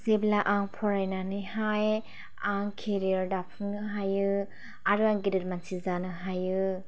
जेब्ला आं फरायनानैहाय आं केरियार दाफुंनो हायो आरो आं गेदेर मानसि जानो हायो